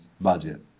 budget